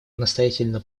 настоятельно